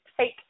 take